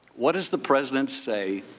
what does the president say?